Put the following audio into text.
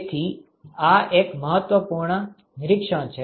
તેથી આ એક મહત્વપૂર્ણ નિરીક્ષણ છે